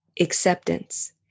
acceptance